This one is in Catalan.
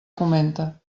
comenta